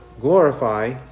glorify